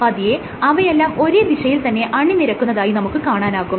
പതിയെ അവയെല്ലാം ഒരേ ദിശയിൽ തന്നെ അണിനിരക്കുന്നതായി നമുക്ക് കാണാനാകും